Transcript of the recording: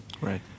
Right